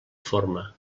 forma